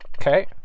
Okay